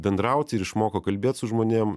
bendrauti ir išmoko kalbėt su žmonėm